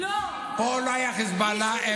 פה לא היה חיזבאללה.